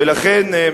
ולכן,